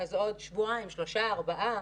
עוד שבועיים, שלושה, ארבעה,